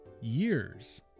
years